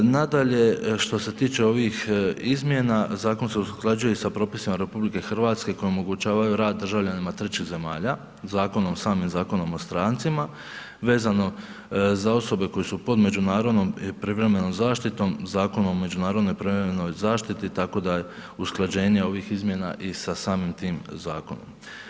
Nadalje, što se tiče ovih izmjena, zakon se usklađuje sa propisima RH koji omogućavaju rad državljanima trećih zemalja, samim Zakonom o strancima vezano za osobe koje su pod međunarodnom i privremenom zaštitom, Zakonom o privremenoj zaštiti tako da je usklađenje ovih izmjena i sa samim tim zakonom.